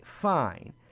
fine